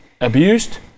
abused